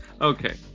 okay